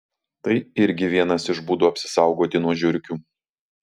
tai irgi vienas iš būdų apsisaugoti nuo žiurkių